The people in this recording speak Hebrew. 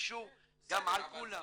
הקשו גם על כולם.